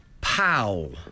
Powell